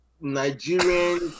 Nigerian